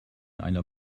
einer